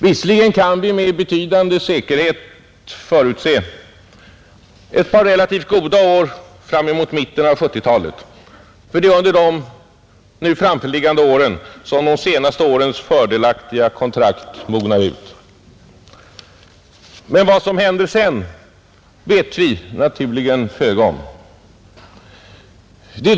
Visserligen kan vi med betydande säkerhet förutse ett par relativt goda år mot mitten av 1970-talet, ty det är under de närmast framförliggande åren som de senaste årens fördelaktiga kontrakt mognar ut. Men vad som händer sedan vet vi naturligen föga om.